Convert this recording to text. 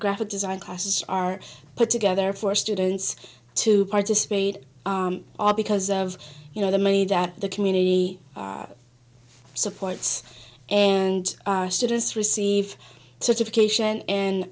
graphic design classes are put together for students to participate all because of you know the money that the community supports and students receive to education and